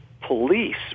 police